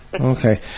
Okay